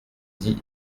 dix